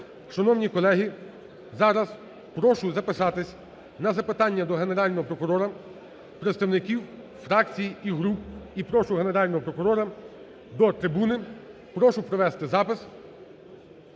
Шановні колеги, зараз прошу записатись на запитання до Генерального прокурора представників фракцій і груп. І прошу Генерального прокурора до трибуни. Прошу провести запис